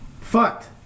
fucked